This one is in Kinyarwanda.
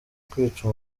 kwica